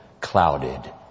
clouded